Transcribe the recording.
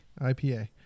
IPA